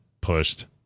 pushed